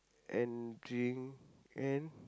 and drink and